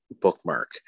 bookmark